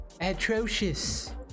Atrocious